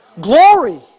Glory